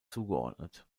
zugeordnet